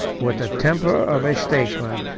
with the temper of a statesman,